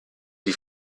die